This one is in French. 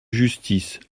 justice